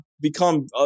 become